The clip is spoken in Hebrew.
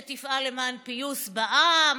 שתפעל למען פיוס בעם.